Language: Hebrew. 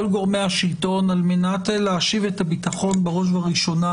גורמי השלטון על מנת להשיב את הביטחון בראש ובראשונה,